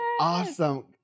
Awesome